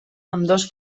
ambdós